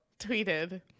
tweeted